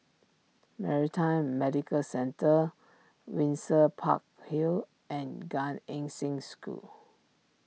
Maritime Medical Centre Windsor Park Hill and Gan Eng Seng School